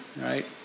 right